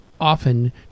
often